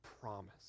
promise